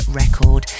record